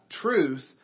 truth